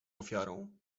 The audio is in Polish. ofiarą